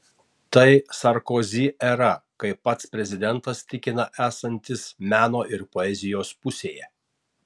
tai sarkozi era kai pats prezidentas tikina esantis meno ir poezijos pusėje